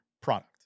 product